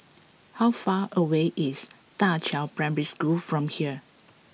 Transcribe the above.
how far away is Da Qiao Primary School from here